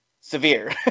severe